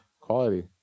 Quality